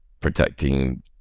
protecting